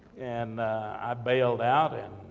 and i bailed out, and